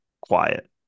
quiet